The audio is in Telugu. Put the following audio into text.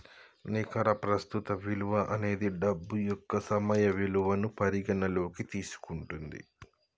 నికర ప్రస్తుత విలువ అనేది డబ్బు యొక్క సమయ విలువను పరిగణనలోకి తీసుకుంటది